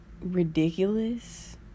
ridiculous